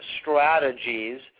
strategies